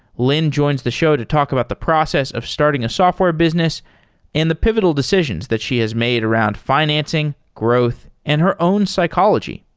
lynne joins the show to talk about the process of starting a software business and the pivotal decisions that she has made around financing, growth and her own psychology.